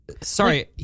Sorry